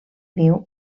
niu